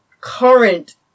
current